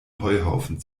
heuhaufen